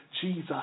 Jesus